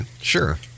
sure